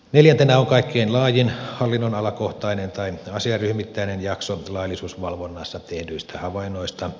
neljäntenä on kaikkein laajin hallinnonalakohtainen tai asiaryhmittäinen jakso laillisuusvalvonnassa tehdyistä havainnoista